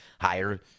higher